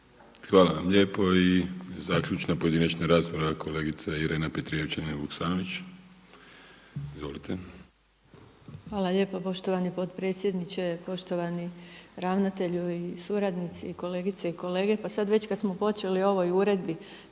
Hvala vam lijepo. I zaključna pojedinačna rasprava kolegice Irene Petrijevčanin Vuksanović. Izvolite. **Petrijevčanin Vuksanović, Irena (HDZ)** Hvala lijepo poštovani potpredsjedniče, poštovani ravnatelju i suradnici i kolegice i kolege. Pa sad već kad smo počeli o ovoj uredbi